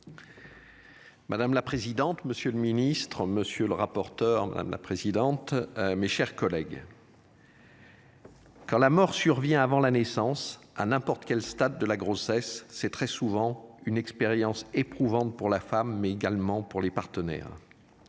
Madame la présidente, monsieur le ministre, monsieur le rapporteur, madame la présidente. Mes chers collègues. Quand la mort survient avant la naissance à n'importe quel stade de la grossesse, c'est très souvent une expérience éprouvante pour la femme mais également pour les partenaires.